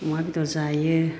अमा बेदर जायो